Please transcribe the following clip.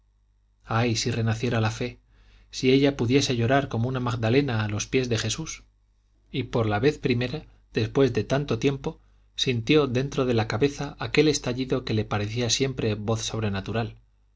ay si renaciera la fe si ella pudiese llorar como una magdalena a los pies de jesús y por la vez primera después de tanto tiempo sintió dentro de la cabeza aquel estallido que le parecía siempre voz sobrenatural